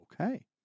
Okay